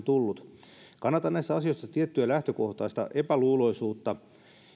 tullut kannatan näissä asioissa tiettyä lähtökohtaista epäluuloisuutta